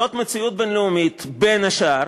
זאת מציאות בין-לאומית, בין השאר